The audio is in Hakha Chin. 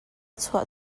chuah